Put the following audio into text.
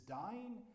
dying